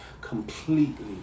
completely